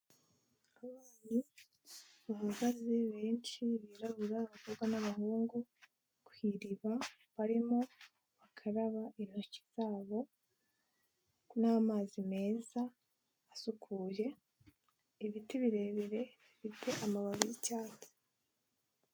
Abana bahagaze benshi birabura, abakobwa n'abahungu ku iriba barimo bakaraba intoki zabo n'amazi meza asukuye, ibiti birebire bifite amababi y'icyatsi.